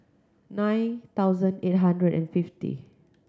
nine thousand eight hundred and fifty